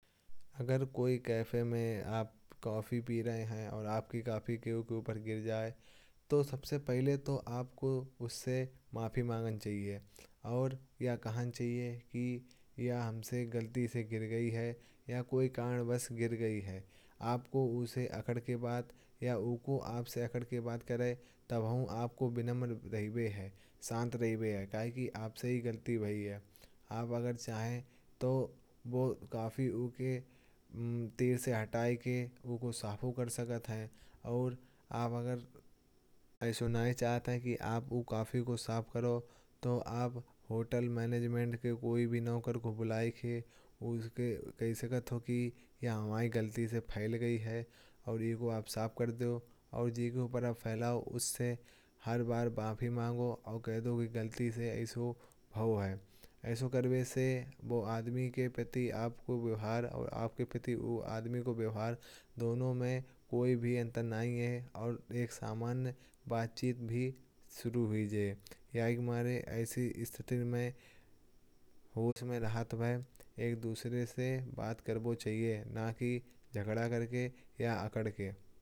अगर कोई कैफ़े में आप कॉफ़ी पी रहे हैं और आपकी कॉफ़ी क्यूँ के ऊपर गिर जाए। तो सबसे पहले तो आपको उससे माफ़ी माँगनी चाहिए। और ये कहना चाहिए कि ये हमसे गलती से गिर गई है या कोई कारणवश गिर गई है। आपको उससे अकड़ के बाद या उनको आपसे अकड़ के बात करने पर। आपको विनम्र रहना चाहिए शान्त रहना चाहिए कहे कि ये आपसे ही गलती हुई है। अगर आप चाहें तो वो कॉफ़ी उनके टेबल से हटा के उनको साफ़ कर सकते हैं। और अगर आप नहीं सुनना चाहते हैं कि आप वो कॉफ़ी को साफ़ करें। तो आप होटल प्रबंधन के किसी भी नौकर को बुलाएंगे। उससे कहें कि ये हमारी गलती से फ़ैल गई है और आप इसे साफ़ कर दो। और जब भी आप उससे बात करें। तो हर बार माफ़ी माँगते रहें और कह दो कि ये गलती से हुआ है। ऐसे करने से वो आदमी के प्रति आपका व्यवहार और आपके प्रति वो आदमी का व्यवहार। दोनों में कोई भी अंतर नहीं होगा और एक सामान्य बातचीत भी शुरू हो जाएगी। ये एक मारे ऐसी स्थिति में होश में रहना चाहिए ना कि झगड़ कर या अकड़ के।